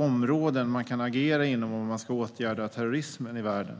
områden man kan agera inom om man ska åtgärda terrorismen i världen.